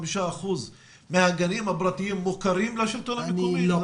אחוזים מהגנים הפרטיים מוכרים לשלטון המקומי?